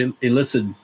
illicit